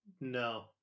No